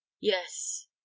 yes